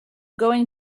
going